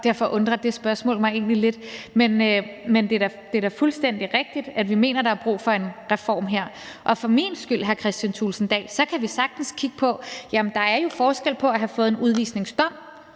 Derfor undrer det spørgsmål mig egentlig lidt. Men det er da fuldstændig rigtigt, at vi mener, at der her er brug for en reform, og for min skyld, hr. Kristian Thulesen Dahl, kan vi sagtens kigge på det. Der er jo en forskel på at have fået en udvisningsdom